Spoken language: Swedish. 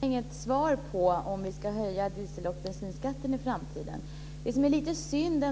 Fru talman! Jag fick inget svar på om vi ska höja diesel och bensinskatterna i framtiden. Det jag tycker är lite synd,